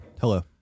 Hello